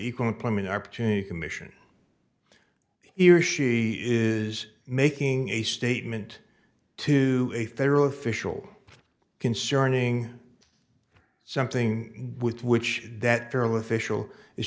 equal employment opportunity commission here she is making a statement to a federal official concerning something with which that girl official is